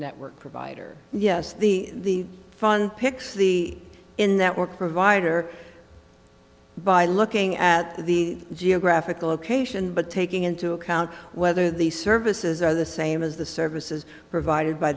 network provider yes the fund picks the in that work provider by looking at the geographical location but taking into account whether these services are the same as the services provided by